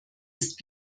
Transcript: ist